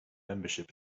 membership